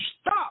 stop